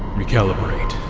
recalibrate